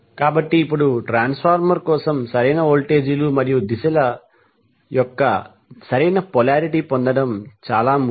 కాబట్టి ఇప్పుడు ట్రాన్స్ఫార్మర్ కోసం సరైన వోల్టేజీలు మరియు దిశల డైరక్షన్ ల యొక్క సరైన పొలారిటీ పొందడం చాలా ముఖ్యం